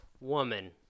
woman